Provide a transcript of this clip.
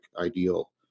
ideal